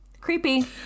Creepy